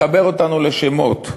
מחבר אותנו לשמות.